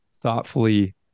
thoughtfully